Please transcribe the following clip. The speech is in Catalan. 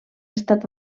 estat